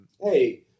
Hey